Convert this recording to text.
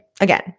Again